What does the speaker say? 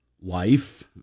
life